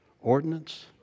ordinance